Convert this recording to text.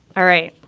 all right.